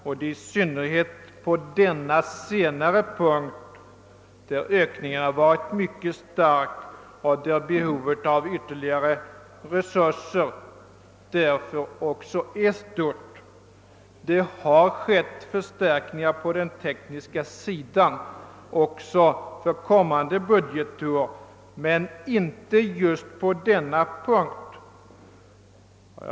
Det är i synnerhet på denna senare punkt ökningen har varit mycket stark och behovet av ytterligare resurser därför är stort. Det har gjorts förstärkningar på den tekniska sidan också för kommande budgetår, men inte just i detta avseende.